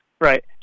Right